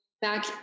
back